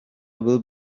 will